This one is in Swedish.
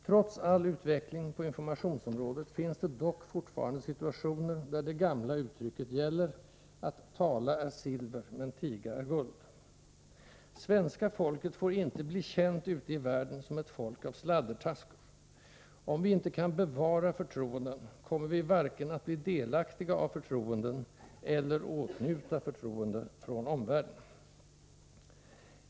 Trots all utveckling på informationsområdet finns det dock fortfarande situationer, där det gamla uttrycket gäller: ”Tala är silver, men tiga är guld.” Svenska folket får inte bli känt ute i världen som ett folk av sladdertackor. Om vi inte kan bevara förtroenden, kommer vi att varken bli delaktiga av förtroenden eller åtnjuta förtroende från omvärlden.